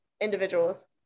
individuals